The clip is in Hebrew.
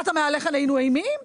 אתה מהלך עלינו אימים?